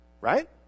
Right